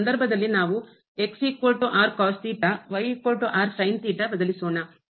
ಈ ಸಂದರ್ಭದಲ್ಲಿ ನಾವು ಬದಲಿಸೋಣ